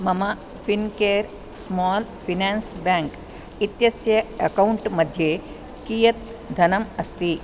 मम Fincare small finance bank इत्यस्य account मध्ये कियत् धनम् अस्ति